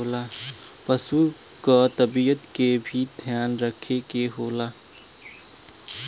पसु क तबियत के भी ध्यान रखे के होला